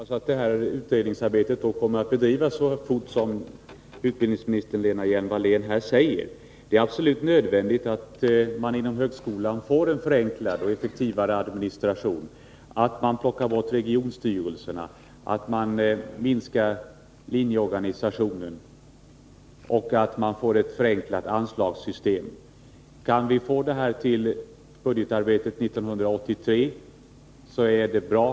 Herr talman! Jag hoppas att utredningsarbetet kommer att bedrivas så fort som utbildningsministern Lena Hjelm-Wallén här säger. Det är absolut nödvändigt att det blir en förenklad och effektivare administration inom högskolan, att regionstyrelserna plockas bort, att linjeorganisationen minskas och att det blir ett förenklat anslagssystem. Kan vi få det här till budgetarbetet 1983 är det bra.